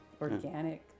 organic